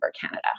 Canada